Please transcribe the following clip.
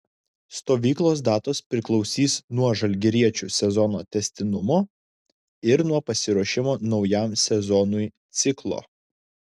stovyklos datos priklausys nuo žalgiriečių sezono tęstinumo ir nuo pasiruošimo naujam sezonui ciklo